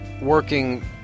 working